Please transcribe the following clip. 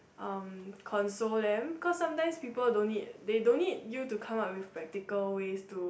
um console them cause sometimes people don't need they don't need you to come up with practical ways to